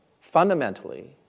fundamentally